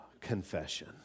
confession